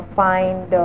find